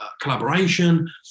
collaboration